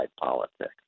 politics